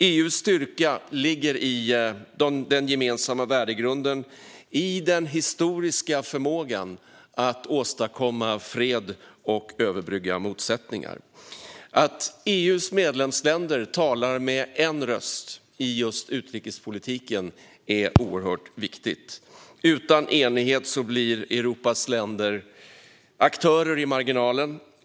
EU:s styrka ligger i den gemensamma värdegrunden och i den historiska förmågan att åstadkomma fred och överbrygga motsättningar. Att EU:s medlemsländer talar med en röst i just utrikespolitiken är oerhört viktigt. Utan enighet blir Europas länder aktörer i marginalen.